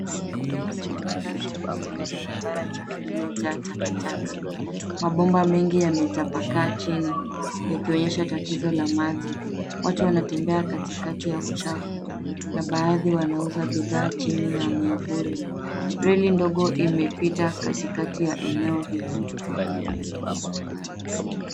Eneo lenye makazi duni lina barabara chafu iliyojaa takataka. Mabomba mengi yametapakaa chini, yakionyesha tatizo la maji. Watu wanatembea katikati ya uchafu, na baadhi wanauza bidhaa chini ya myavuli. Reli ndogo imepita katikati ya eneo hilo.